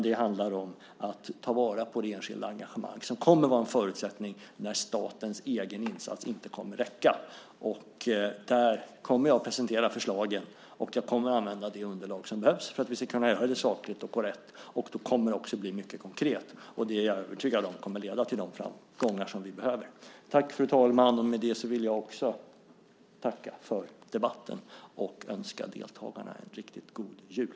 Det handlar om att ta vara på det enskilda engagemanget, vilket är en förutsättning när statens egen insats inte räcker. Jag kommer att presentera förslagen, och jag kommer att använda de underlag som behövs för att göra detta sakligt och korrekt. Det kommer att bli konkret. Jag är övertygad om att detta kommer att leda till de framgångar som behövs. Fru talman! Jag vill också tacka för debatten och önska deltagarna en riktigt god jul.